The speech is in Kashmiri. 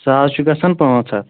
سُہ حظ چھُ گژھان پٲنٛژھ ہَتھ